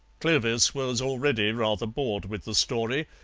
clovis was already rather bored with the story,